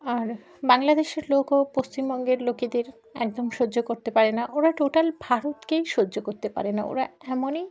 আর বাংলাদেশের লোকও পশ্চিমবঙ্গের লোকেদের একদম সহ্য করতে পারে না ওরা টোটাল ভারতকেই সহ্য করতে পারে না ওরা এমনই